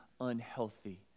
unhealthy